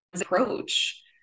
approach